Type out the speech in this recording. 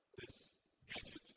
this gadget